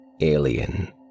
alien